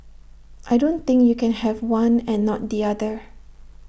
I don't think you can have one and not the other